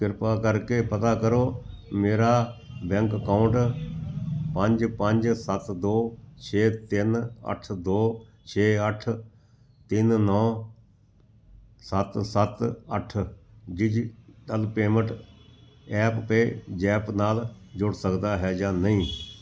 ਕਿਰਪਾ ਕਰਕੇ ਪਤਾ ਕਰੋ ਮੇਰਾ ਬੈਂਕ ਅਕਾਊਂਟ ਪੰਜ ਪੰਜ ਸੱਤ ਦੋ ਛੇ ਤਿੰਨ ਅੱਠ ਦੋ ਛੇ ਅੱਠ ਤਿੰਨ ਨੌ ਸੱਤ ਸੱਤ ਅੱਠ ਡਿਜਿਟਲ ਪੇਮੈਂਟ ਐਪ ਪੇਜ਼ੈਪ ਦੇ ਨਾਲ ਜੁੜ ਸਕਦਾ ਹੈ ਜਾਂ ਨਹੀਂ